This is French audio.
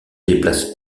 déplace